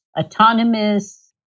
autonomous